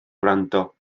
wrando